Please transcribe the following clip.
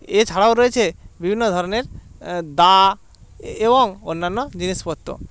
এছাড়াও রয়েছে বিভিন্ন ধরনের দা এবং অন্যান্য জিনিসপত্র